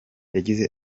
yagize